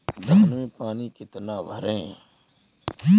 धान में पानी कितना भरें?